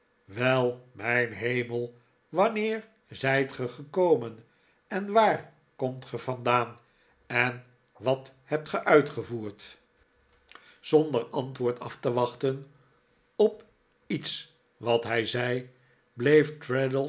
n e e r zijt ge gekomen en waar komt ge vandaan en traddles is getrouwd wat hebt ge uitgevoerd zonder antwoord af te wachten op iets wat hij zei